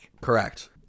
Correct